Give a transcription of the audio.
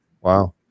Wow